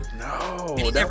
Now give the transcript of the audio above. no